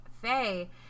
Faye